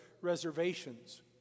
reservations